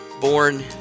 born